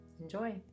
Enjoy